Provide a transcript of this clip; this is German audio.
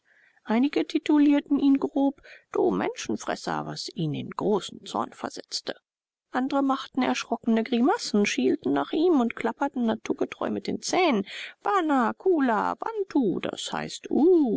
einige titulierten ihn grob du menschenfresser was ihn in großen zorn versetzte andre machten erschrockene grimassen schielten nach ihm und klapperten naturgetreu mit den zähnen wa na kula wantu d h uh